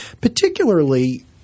Particularly